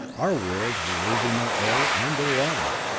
our worlds were losing their air and their water.